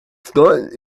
scott